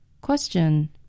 Question